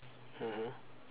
mmhmm